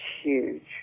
huge